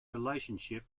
relationship